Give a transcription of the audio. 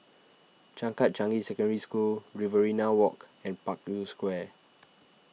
Changkat Changi Secondary School Riverina Walk and Parkview Square